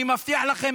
אני מבטיח לכם,